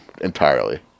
entirely